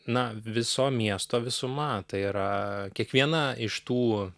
na viso miesto visuma tai yra kiekviena iš tų